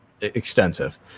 extensive